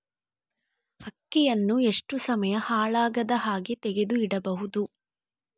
ಅಕ್ಕಿಯನ್ನು ಎಷ್ಟು ಸಮಯ ಹಾಳಾಗದಹಾಗೆ ತೆಗೆದು ಇಡಬಹುದು?